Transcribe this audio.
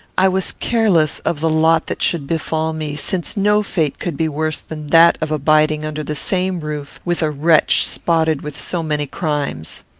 i was careless of the lot that should befall me, since no fate could be worse than that of abiding under the same roof with a wretch spotted with so many crimes.